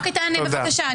תענה, בבקשה.